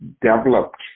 developed